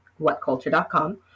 whatculture.com